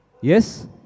Yes